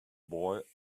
boy